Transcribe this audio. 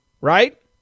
Right